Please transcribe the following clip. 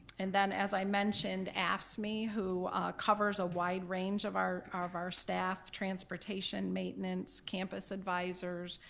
and then, as i mentioned, afscme, who covers a wide range of our of our staff, transportation, maintenance, campus advisors,